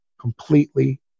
completely